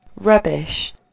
Rubbish